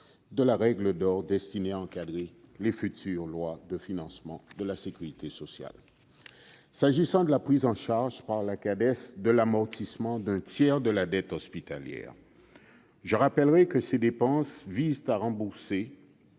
de la règle d'or, destinée à encadrer les futures lois de financement de la sécurité sociale. En ce qui concerne la prise en charge, par la Cades, de l'amortissement d'un tiers de la dette hospitalière, je rappellerai que ces dépenses visent à rembourser